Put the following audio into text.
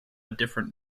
different